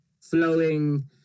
flowing